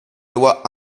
loi